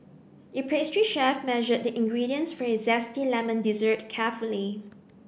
the pastry chef measured the ingredients for a zesty lemon dessert carefully